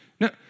No